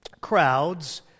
crowds